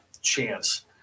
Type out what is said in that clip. chance